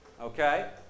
okay